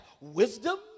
wisdom